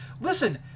listen